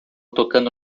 tocando